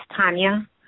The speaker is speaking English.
Tanya